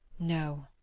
no,